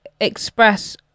express